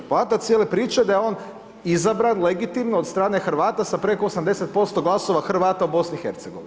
Poanta cijele priče da je on izabran legitimno od strane Hrvata sa preko 80% glasova Hrvata u BIH.